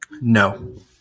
No